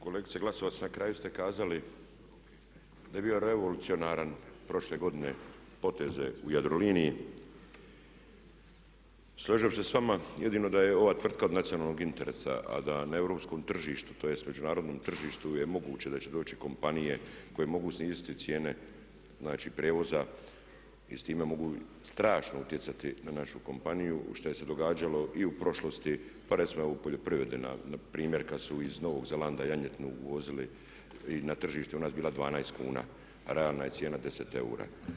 Kolegice Glasovac, na kraju ste kazali da je bio revolucionaran prošle godine poteze u Jadroliniji, složio bih se sa vama jedino da je ova tvrtka od nacionalnog interesa a da na europskom tržištu, tj. međunarodnom tržištu je moguće da će doći kompanije koje mogu sniziti cijene, znači prijevoza i s time mogu strašno utjecati na našu kompaniju što se je događalo i u prošlosti, pa recimo evo poljoprivrede na primjer kad su iz Novog Zelanda janjetinu uvozili i na tržištu je u nas bila 12 kuna, a realna je cijena 10 eura.